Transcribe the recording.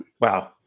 Wow